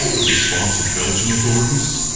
the response of belgian authorities?